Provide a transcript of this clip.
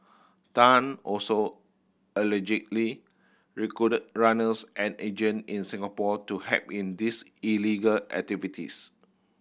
Tan also allegedly recruited runners and agent in Singapore to help in these illegal activities